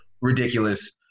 ridiculous